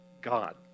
God